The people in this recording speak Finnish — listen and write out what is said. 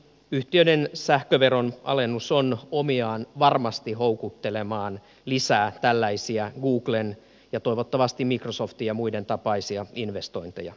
konesaliyhtiöiden sähköveron alennus on omiaan varmasti houkuttelemaan lisää tällaisia googlen ja toivottavasti microsoftin ja muiden tapaisia investointeja suomeen